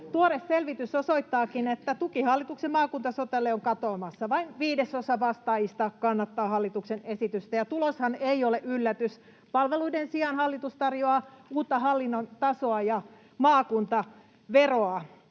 Tuore selvitys osoittaakin, että tuki hallituksen maakuntasotelle on katoamassa: vain viidesosa vastaajista kannattaa hallituksen esitystä, ja tuloshan ei ole yllätys. Palveluiden sijaan hallitus tarjoaa uutta hallinnon tasoa ja maakuntaveroa.